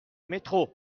métro